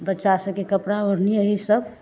बच्चा सबके कपड़ा ओढ़नी इहए सब